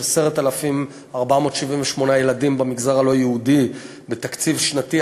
יש 10,478 ילדים במגזר הלא-יהודי בתקציב שנתי,